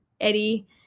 Eddie